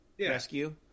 Rescue